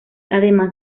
además